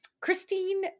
Christine